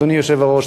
אדוני היושב-ראש,